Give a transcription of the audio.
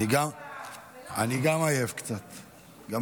סעיפים 1 2 נתקבלו.